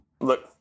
look